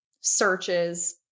searches